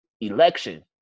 election